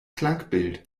klangbild